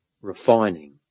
refining